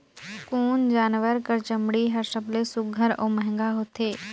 कोन जानवर कर चमड़ी हर सबले सुघ्घर और महंगा होथे?